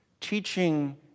teaching